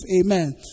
Amen